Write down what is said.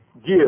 give